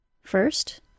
First